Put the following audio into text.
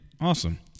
awesome